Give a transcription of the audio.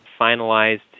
finalized